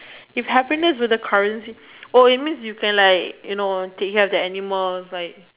if happiness were the currency or it means you can like you know take care of the animals like